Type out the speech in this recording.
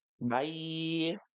Bye